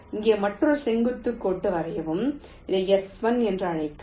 இங்கே மற்றொரு செங்குத்து கோட்டை வரையவும் இதை S1 என்றும் அழைக்கவும்